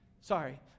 Sorry